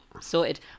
Sorted